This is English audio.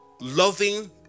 loving